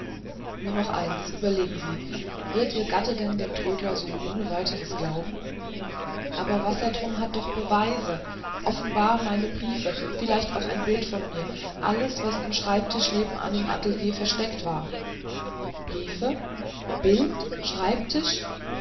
nur noch eins überlegen sie wird ihr gatte denn dem trödler so ohne weiteres glauben aber wassertrum hat doch beweise offenbar meine briefe vielleicht auch ein bild von mir alles was im schreibtisch nebenan im atelier versteckt war briefe bild